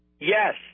Yes